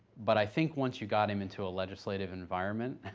but i think once you got him into a legislative environment,